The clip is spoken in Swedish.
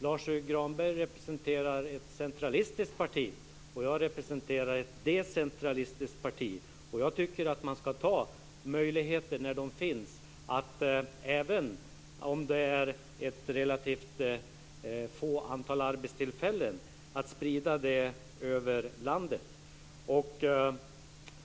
Lars U Granberg representerar ett centralistiskt parti, och jag representerar ett decentralistiskt parti. Jag tycker att man ska ta möjligheterna när de finns, även om det ger relativt få arbetstillfällen, att sprida verksamheter över landet.